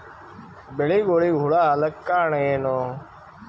ಬೆಳಿಗೊಳಿಗ ಹುಳ ಆಲಕ್ಕ ಕಾರಣಯೇನು?